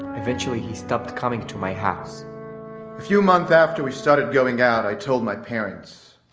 eventually he stopped coming to my house a few months after we started going out i told my parents.